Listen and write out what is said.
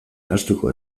nahastuko